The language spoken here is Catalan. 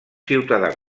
ciutadà